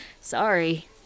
Sorry